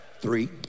Three